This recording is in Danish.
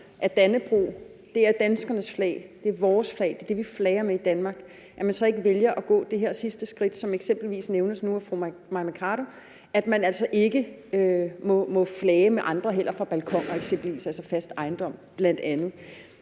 at Dannebrog er danskernes flag – det er vores flag, det er det, vi flager med i Danmark – så ikke vælger at gå det her sidste skridt, som eksempelvis nævnes nu af fru Mai Mercado, altså at sørge for, at man ikke må flage med andre flag, heller ikke fra eksempelvis balkoner, altså ved